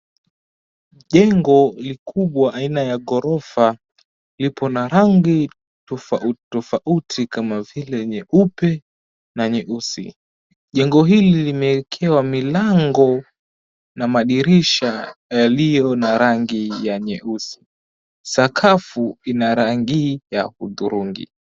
Jengo likubwa aina ya ghorofa lipo na rangi tofauti tofauti kama vile nyeupe na nyeusi. Jengo hili limeekewa milango na madirisha yaliyo na rangi ya nyeusi. Sakafu ina rangi ya hudhurungi.